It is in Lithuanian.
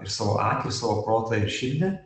ir savo akį ir savo protą ir širdį